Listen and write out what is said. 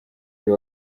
uyu